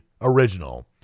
original